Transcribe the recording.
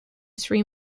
three